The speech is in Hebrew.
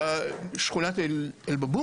שכונת אל-מארג',